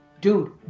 dude